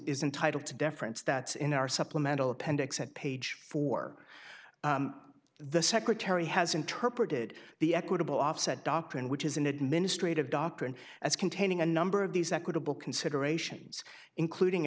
entitled to deference that's in our supplemental appendix at page four the secretary has interpreted the equitable offset doctrine which is an administrative doctrine as containing a number of these equitable considerations including